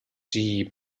die